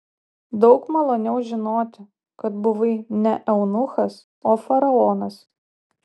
daug maloniau žinoti kad buvai ne eunuchas o faraonas